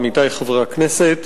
עמיתי חברי הכנסת,